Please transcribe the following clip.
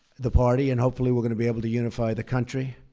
the party, and hopefully we're going to be able to unify the country.